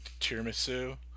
tiramisu